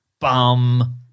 Bum